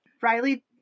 Riley